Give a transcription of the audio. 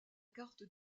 carte